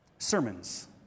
sermons